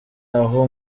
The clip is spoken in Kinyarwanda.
aho